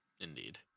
Indeed